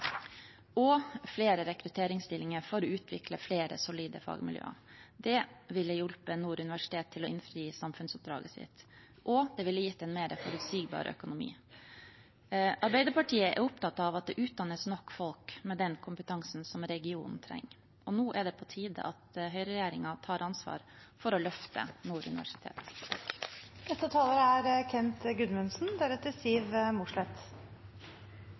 og flere rekrutteringsstillinger for å utvikle flere solide fagmiljøer. Det ville hjulpet Nord universitet til å innfri samfunnsoppdraget sitt, og det ville gitt en mer forutsigbar økonomi. Arbeiderpartiet er opptatt av at det utdannes nok folk med den kompetansen som regionen trenger. Nå er det på tide at høyreregjeringen tar ansvar for å løfte